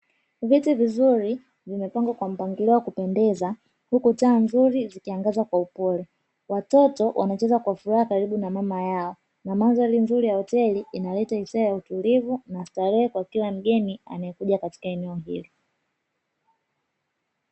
Viti vizuri vimepangwa kwa mpangilio wa kupendeza, huku taa nzuri zikiangaza kwa upole. Watoto wanacheza kwa furaha karibu na mama yao na mandhari nzuri ya hoteli inaleta hisia ya utulivu na starehe, kwa kila mgeni anayekuja katika eneo hili.